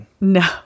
no